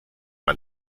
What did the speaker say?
man